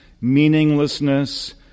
meaninglessness